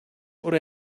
oder